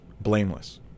Blameless